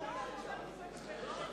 חברי חברי הכנסת.